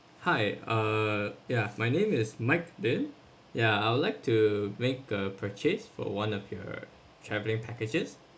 hi uh yeah my name is mike then ya I would like to make a purchase for one of your travelling packages